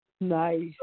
nice